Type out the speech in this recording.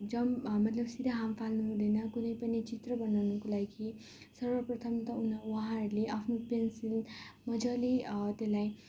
jump मतलब सिधै हामफाल्नु हुँदैन कुनै पनि चित्र बनाउनुको लागि सर्वप्रथम त उनी उहाँहरूले आफ्नो पेन्सिल मजाले त्यसलाई